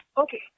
Okay